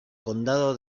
condado